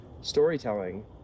Storytelling